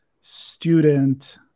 student